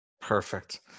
perfect